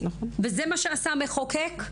וזה מה שעשה המחוקק,